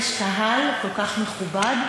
יש קהל כל כך מכובד.